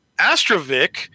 Astrovic